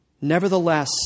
Nevertheless